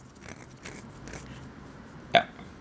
yup